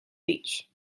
beach